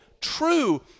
true